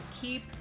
keep